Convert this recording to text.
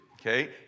Okay